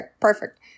perfect